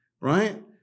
Right